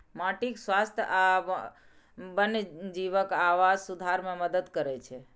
माटिक स्वास्थ्य आ वन्यजीवक आवास सुधार मे मदति करै छै